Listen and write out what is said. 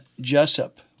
Jessup